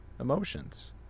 emotions